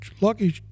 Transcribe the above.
lucky